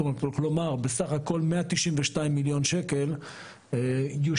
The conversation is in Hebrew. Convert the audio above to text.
כלומר בסך הכול 192 מיליון ₪ יושקעו,